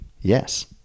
Yes